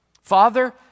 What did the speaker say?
Father